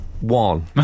one